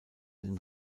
den